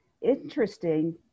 interesting